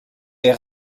est